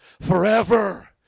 forever